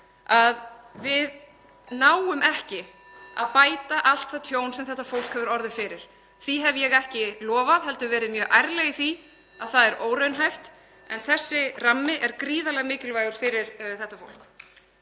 að við náum ekki að bæta allt það tjón sem þetta fólk hefur orðið fyrir. Því hef ég ekki lofað heldur hef ég verið mjög ærleg í því að það er óraunhæft. (Forseti hringir.) En þessi rammi er gríðarlega mikilvægur fyrir þetta fólk.